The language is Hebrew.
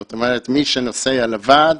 זאת אומרת מי שנוסע לבד